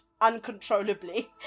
uncontrollably